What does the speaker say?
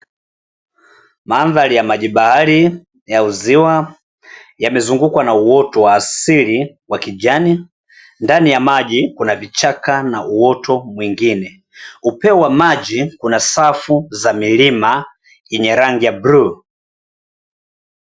Mandhari ya maji bahari au ziwa yamezungukwa na uoto wa asili wakijani, ndani ya maji kuna vichaka na uoto mwingine. Upeo wa maji kuna safu za milima yenye rangi ya bluu.